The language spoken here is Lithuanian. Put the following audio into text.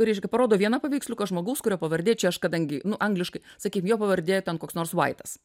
reiškia parodo vieną paveiksliuką žmogaus kurio pavardė čia aš kadangi nu angliškai sakykim jo pavardė ten koks nors vaitas